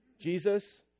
Jesus